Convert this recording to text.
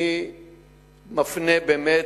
אני מפנה, באמת,